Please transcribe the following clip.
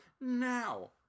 now